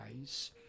eyes